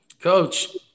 Coach